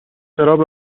شراب